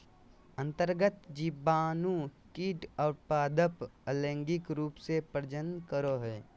अन्तर्गत जीवाणु कीट और पादप अलैंगिक रूप से प्रजनन करो हइ